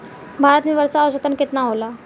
भारत में वर्षा औसतन केतना होला?